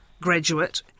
graduate